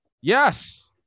Yes